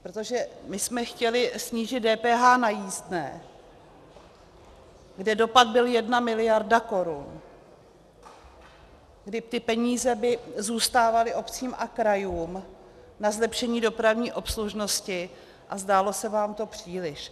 Protože my jsme chtěli snížit DPH na jízdné, kde dopad byl 1 mld. korun, kdy ty peníze by zůstávaly obcím a krajům na zlepšení dopravní obslužnosti, a zdálo se vám to příliš.